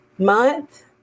month